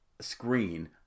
screen